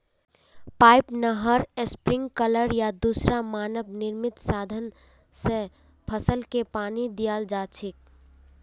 pipe, नहर, sprinkler या दूसरा मानव निर्मित साधन स फसलके पानी दियाल जा छेक